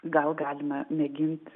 gal galime mėgint